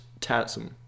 Tatsum